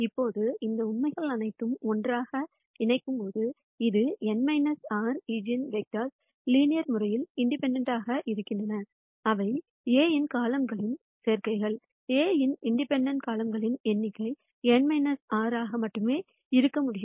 இப்போது இந்த உண்மைகள் அனைத்தையும் ஒன்றாக இணைக்கும்போது இது n r eigen vectors linear முறையில் இண்டிபெண்டெண்ட் இருக்கின்றன அவை A இன் காலம்கள்களின் சேர்க்கைகள் A இன் இண்டிபெண்டெண்ட் காலம்கள்களின் எண்ணிக்கை n r ஆக மட்டுமே இருக்க முடியும்